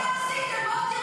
בואו תראו מה עשיתם, בואו תראו